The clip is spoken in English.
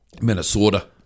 Minnesota